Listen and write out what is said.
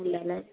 ഇല്ല അല്ലേ